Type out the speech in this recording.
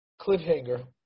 cliffhanger